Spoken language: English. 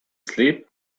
sleep